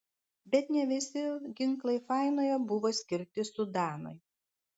bet ne visi ginklai fainoje buvo skirti sudanui